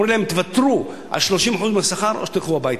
ואומרים להם: תוותרו על 30% מהשכר או שתלכו הביתה.